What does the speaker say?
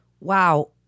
Wow